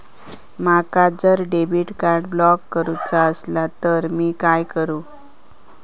माका जर debit card block करूचा असला तर मी काय करू?